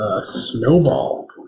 Snowball